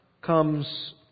comes